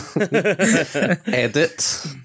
Edit